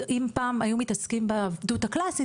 אם פעם היו מתעסקים ב'עבדות הקלאסית',